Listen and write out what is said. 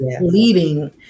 leading